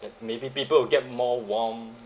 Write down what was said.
that maybe people will get more warm